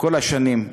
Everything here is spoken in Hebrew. כל השנים,